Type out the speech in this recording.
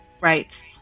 right